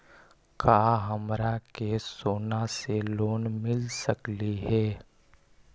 का हमरा के सोना से लोन मिल सकली हे?